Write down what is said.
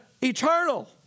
eternal